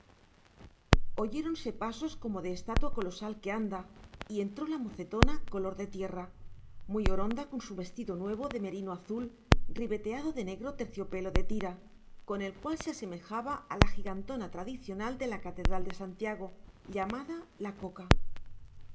niña oyéronse pasos como de estatua colosal que anda y entró la mocetona color de tierra muy oronda con su vestido nuevo de merino azul ribeteado de negro terciopelo de tira con el cual se asemejaba a la gigantona tradicional de la catedral de santiago llamada la coca